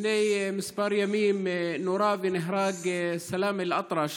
לפני כמה ימים נורה ונהרג סאלם אל-אטרש